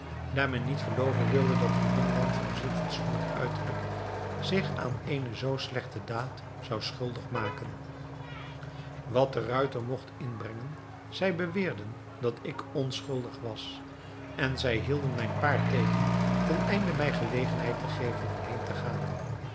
men niet gelooven wilde dat een jongman van zulk een fatsoenlijk uiterlijk zich aan eene zoo slechte daad zou schuldig maken wat de ruiter mogt inbrengen zij beweerden dat ik onschuldig was en zij hielden zijn paard tegen ten einde mij gelegenheid te geven om heen te gaan